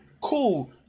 cool